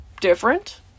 different